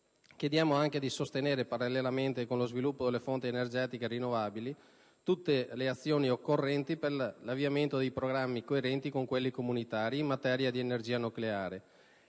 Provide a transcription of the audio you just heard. europee; a sostenere, parallelamente con lo sviluppo delle fonti energetiche rinnovabili, tutte le azioni occorrenti per l'avviamento di programmi coerenti con quelli comunitari in materia di energia nucleare,